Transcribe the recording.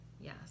Yes